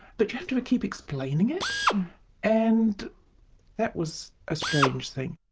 but you have to keep explaining it and that was a strange thing.